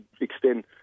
extend